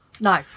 No